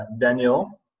Daniel